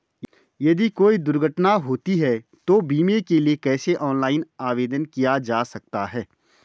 यदि कोई दुर्घटना होती है तो बीमे के लिए कैसे ऑनलाइन आवेदन किया जा सकता है?